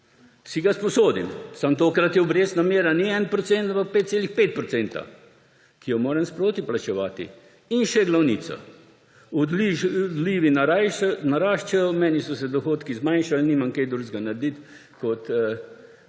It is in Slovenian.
si ga sposodim. Samo tokrat obrestna mera ni 1 %, ampak je 5,5 %, ki jo moram sproti plačevati, in še glavnico. Odlivi naraščajo, meni so se dohodki zmanjšali, nimam kaj drugega narediti, kot da